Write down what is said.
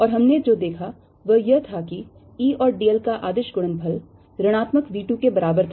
और हमने जो देखा वह यह था कि E और dl का अदिश गुणनफल ऋणात्मक V 2 के बराबर था